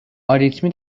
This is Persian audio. آریتمی